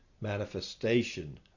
manifestation